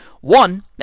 One